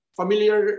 familiar